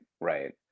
Right